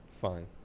Fine